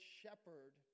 shepherd